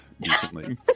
decently